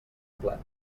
plat